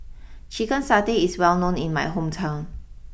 Chicken Satay is well known in my hometown